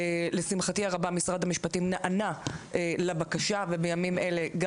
לשמחתי הרבה משרד המשפטים נענה לבקשה ובימים אלה גם